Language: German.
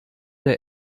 der